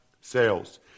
sales